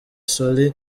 solly